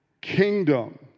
kingdom